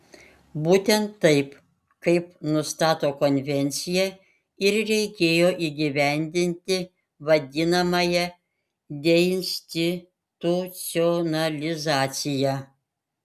būtent taip kaip nustato konvencija ir reikėjo įgyvendinti vadinamąją deinstitucionalizaciją